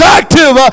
active